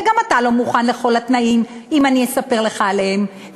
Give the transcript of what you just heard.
וגם אתה לא מוכן לכל התנאים אם אני אספר לך עליהם.